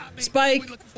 Spike